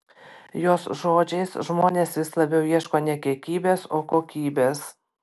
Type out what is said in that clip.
jos žodžiais žmonės vis labiau ieško ne kiekybės o kokybės